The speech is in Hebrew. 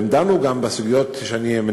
והם דנו גם בסוגיות שאמנה: